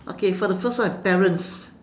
okay for the first one parents